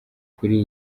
kuri